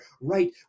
right